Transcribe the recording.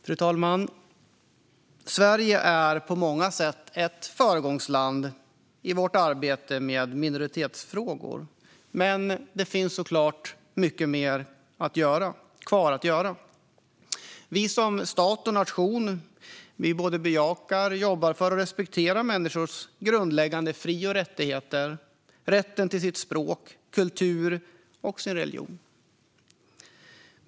Fru talman! Sverige är på många sätt ett föregångsland i sitt arbete med minoritetsfrågor, men det finns såklart mycket kvar att göra. Vi som stat och nation både bejakar, jobbar för och respekterar människors grundläggande fri och rättigheter, som rätten till sitt språk, sin kultur och sin religion.